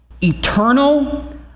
eternal